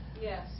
yes